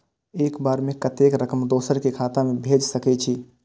एक बार में कतेक रकम दोसर के खाता में भेज सकेछी?